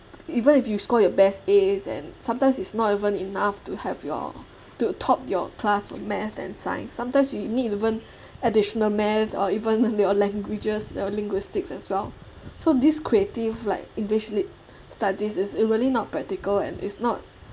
even if you score your best As and sometimes it's not even enough to have your to top your class for math and science sometimes you need even additional math or even your languages your linguistics as well so this creative like english lit studies is really not practical and is not